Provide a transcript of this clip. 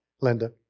Linda